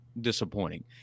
disappointing